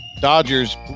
Dodgers